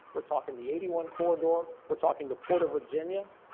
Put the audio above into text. we're talking the eighty one corridor, we're talking to port of virginia.